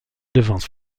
devance